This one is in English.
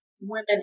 women